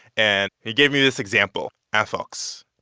and he gave me this example infox.